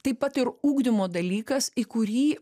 taip pat ir ugdymo dalykas į kurį